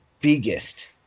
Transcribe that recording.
biggest